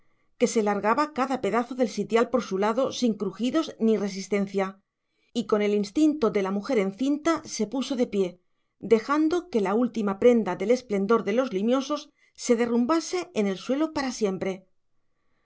que se largaba cada pedazo del sitial por su lado sin crujidos ni resistencia y con el instinto de la mujer encinta se puso de pie dejando que la última prenda del esplendor de los limiosos se derrumbase en el suelo para siempre